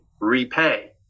repay